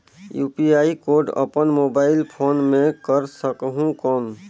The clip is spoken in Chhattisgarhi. यू.पी.आई कोड अपन मोबाईल फोन मे कर सकहुं कौन?